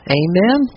amen